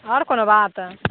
आओर कोनो बात